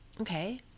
okay